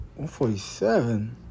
147